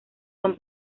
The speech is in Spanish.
son